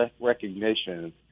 recognition